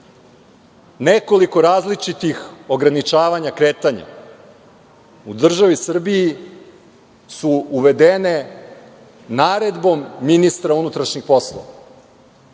nekoliko različitih ograničavanja kretanja u državi Srbiji su uvedene naredbom ministra unutrašnjih poslova,